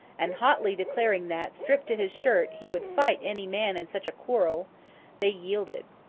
and hotly declaring that, stripped to his shirt, he would fight any man in such a quarrel they yielded.